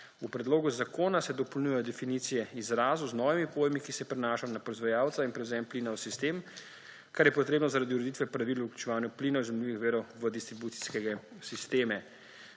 V predlogu zakona se dopolnjujejo definicije izrazov z novimi pojmi, ki se nanašajo na proizvajalca in prevzem plina v sistem, kar je potrebno zaradi ureditve pravil o vključevanju plinov iz obnovljivih virov v distribucijske sisteme.